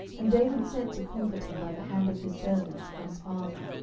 and david sent to comfort him by the hand of his servants for his father.